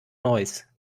noise